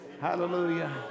Hallelujah